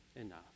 enough